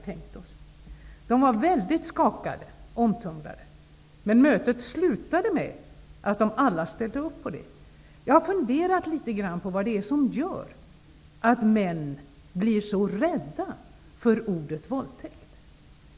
Deltagarna vid mötet var väldigt skakade och omtumlade, men det slutade med att de alla ställde sig bakom kravet. Jag har funderat litet grand över vad som gör att män blir så rädda för ordet våldtäkt.